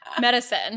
medicine